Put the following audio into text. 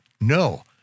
no